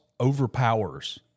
overpowers